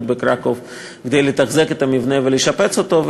בקרקוב כדי לתחזק את המבנה ולשפץ אותו.